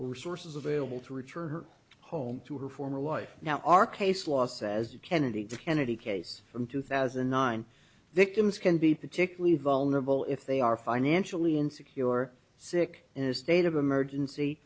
resources available to return her home to her former wife now our case law says you kennedy kennedy case from two thousand and nine victims can be particularly vulnerable if they are financially insecure or sick in a state of emergency